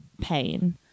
pain